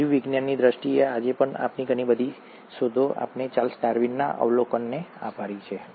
જીવવિજ્ઞાનની દ્રષ્ટિએ આજે પણ આપણી ઘણી બધી શોધો આપણે ચાર્લ્સ ડાર્વિનના અવલોકનોને આભારી છીએ